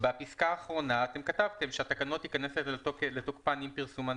בפסקה האחרונה אתם כתבתם שהתקנות תיכנסנה לתוקפן עם פרסומן